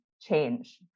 change